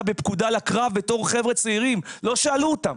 בפקודה לקרב בתור חבר'ה צעירים לא שאלו אותם